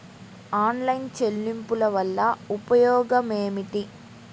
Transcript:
Online చెల్లింపుల వల్ల ఉపయోగమేమిటీ?